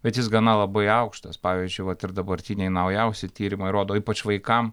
bet jis gana labai aukštas pavyzdžiui vat ir dabartiniai naujausi tyrimai rodo ypač vaikam